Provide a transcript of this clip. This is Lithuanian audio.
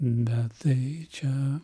bet tai čia